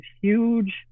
huge